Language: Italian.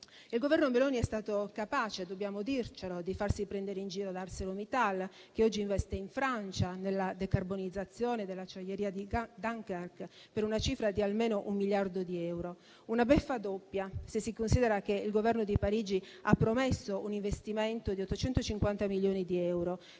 Il Governo Meloni è stato capace - dobbiamo dircelo - di farsi prendere in giro da ArcelorMittal che oggi investe in Francia, nella decarbonizzazione dell'acciaieria di Dunkerque, per una cifra di almeno un miliardo di euro, una beffa doppia se si considera che il Governo di Parigi ha promesso un investimento di 850 milioni di euro.